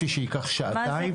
עברנו עליו כל האגפים,